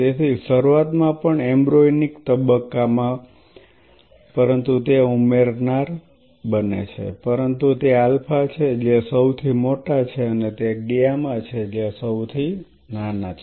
તેથી શરૂઆત માં પણ એમ્બ્રોયનીક તબક્કામાં પરંતુ તે ઉમેરનાર બને છે પરંતુ તે આલ્ફા છે જે સૌથી મોટા છે અને તે ગામા છે જે નાના છે